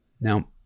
Now